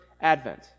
Advent